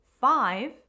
Five